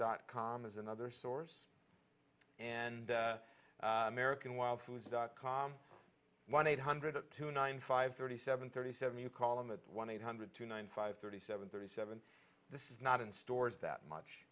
dot com is another source and american wild foods dot com one eight hundred two nine five thirty seven thirty seven you call them at one eight hundred two nine five thirty seven thirty seven this is not in stores that much